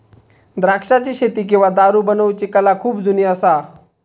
द्राक्षाची शेती किंवा दारू बनवुची कला खुप जुनी असा